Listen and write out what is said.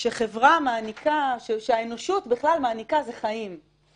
שחברה מעניקה, שהאנושות בכלל מעניקה זה חיים.